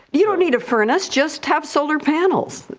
you don't need a furnace just have solar panels!